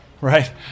right